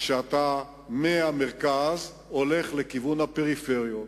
כשאתה הולך מהמרכז לכיוון הפריפריה.